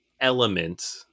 element